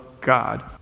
God